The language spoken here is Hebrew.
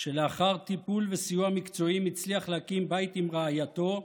שלאחר טיפול וסיוע מקצועי הצליח להקים בית עם רעייתו,